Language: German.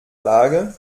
lage